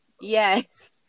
yes